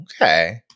Okay